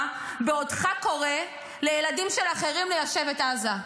בעודך קורא לילדים של אחרים ליישב את עזה.